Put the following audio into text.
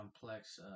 complex